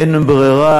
אין ברירה,